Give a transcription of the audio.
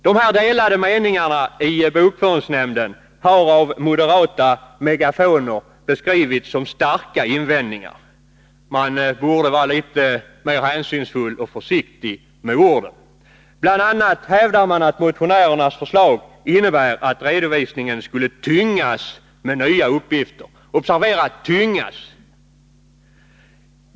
De delade meningarna inom bokföringsnämnden har i moderata megafoner beskrivits som starka invändningar. Man borde vara litet mer försiktig med orden. Bl.a. hävdar man att motionärernas förslag innebär att redovisningen skulle tyngas med nya uppgifter. Observera att man här har använt ordet ”tyngas”!